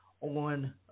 on